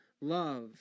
love